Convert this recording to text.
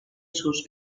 sus